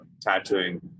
tattooing